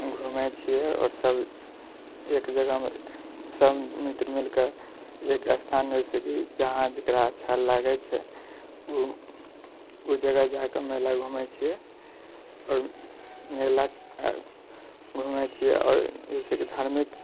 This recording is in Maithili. घुमै छियै आओर सब एक जगहमे सब मित्र मिलिकऽ एक स्थान जैसे कि जहाँ जकरा अच्छा लागै छै ओ ओ जगह जाय कऽ मेला घुमै छियै आओर मेला घुमै छियै आओर जैसे कि धार्मिक